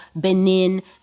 Benin